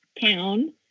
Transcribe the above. town